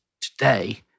today